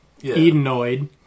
Edenoid